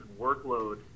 workload